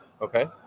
Okay